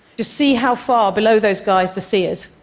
just see how far below those guys the sea is.